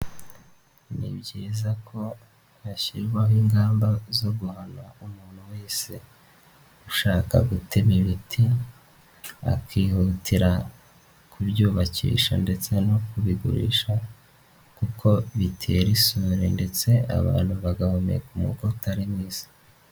Ni byiza ko hashyirwaho ingamba zo guhana umuntu wese ushaka gutema ibiti, akihutira kubyubakisha ndetse no kubigurisha kuko bitera isuri ndetse abantu bagahumeka umu utari mwiza.